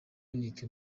unique